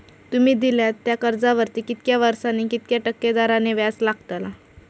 तुमि दिल्यात त्या कर्जावरती कितक्या वर्सानी कितक्या टक्के दराने व्याज लागतला?